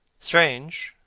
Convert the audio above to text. strange,